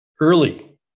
Early